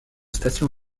station